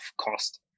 cost